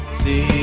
see